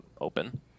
Open